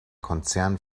konzern